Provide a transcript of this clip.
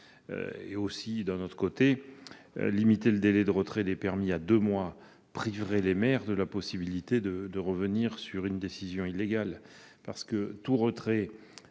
de surcroît d'être engagée. Limiter le délai de retrait des permis à deux mois priverait les maires de la possibilité de revenir sur une décision illégale. En effet, tout retrait